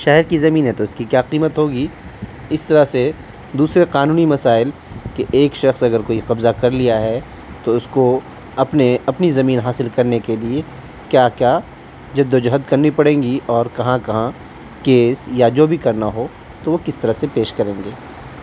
شہر کی زمین ہے تو اس کی کیا قیمت ہوگی اس طرح سے دوسرے قانونی مسائل کہ ایک اگر کوئی قبضہ کر لیا ہے تو اس کو اپنے اپنی زمین حاصل کرنے کے لیے کیا کیا جد و جہد کرنی پڑیں گی اور کہاں کہاں کیس یا جو بھی کرنا ہو تو وہ کس طرح سے پیش کریں گے